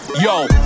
Yo